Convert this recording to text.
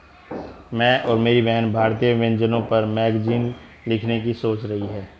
मैं और मेरी बहन भारतीय व्यंजनों पर मैगजीन लिखने की सोच रही है